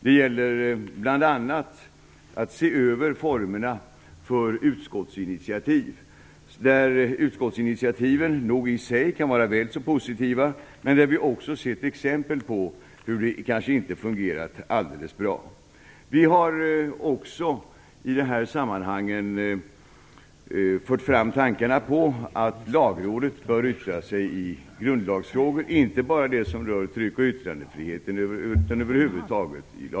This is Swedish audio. Det gäller bl.a. att se över formerna för utskottsinitiativ. Utskottsinitiativen kan nog i sig vara väl så positiva, men vi har också sett exempel på att det kanske inte fungerat alldeles bra. Vi har också i de här sammanhangen fört fram tankarna på att Lagrådet bör yttra sig i grundlagsfrågor, inte bara de som rör tryck och yttrandefriheten utan i grundlagsfrågor över huvud taget.